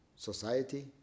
society